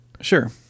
Sure